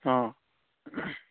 ꯑꯣ